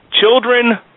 Children